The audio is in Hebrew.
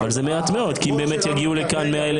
אבל זה מעט מאוד כי אם באמת יגיעו לכאן 100,000